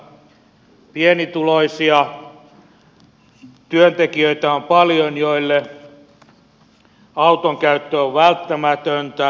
mutta todellisuudessa pienituloisia työntekijöitä on paljon joille auton käyttö on välttämätöntä